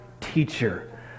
teacher